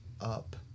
up